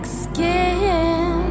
skin